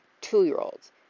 two-year-olds